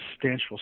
substantial